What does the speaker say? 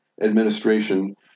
administration